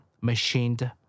machined